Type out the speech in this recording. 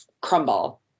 crumble